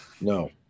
No